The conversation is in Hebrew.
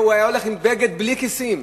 והוא היה הולך עם בגד בלי כיסים,